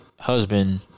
husband